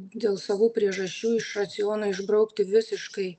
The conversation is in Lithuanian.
dėl savų priežasčių iš raciono išbraukti visiškai